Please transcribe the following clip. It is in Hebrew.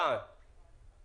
תיקנו מהנוסח